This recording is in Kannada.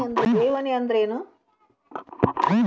ಠೇವಣಿ ಅಂದ್ರೇನು?